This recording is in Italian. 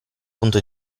punto